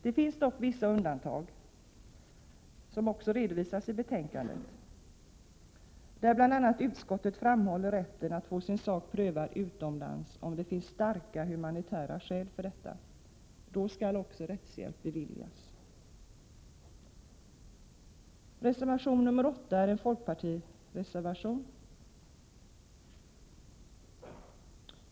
Det finns dock vissa undantag, som redovisas i betänkandet, där utskottet bl.a. framhåller rätten att få sin sak prövad utomlands om det finns starka humanitära skäl för detta. Då skall också rättshjälp beviljas. Reservation nr 8 har avgivits av folkpartiet.